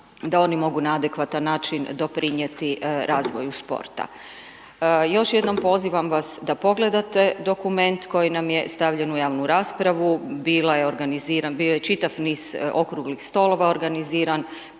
da oni mogu na adekvatan način doprinijeti razvoju sporta. Još jednom pozivam vas da pogledate dokument koji nam je stavljen u javnu raspravu, bila je organiziran, bio je čitav niz okruglih stolova organiziran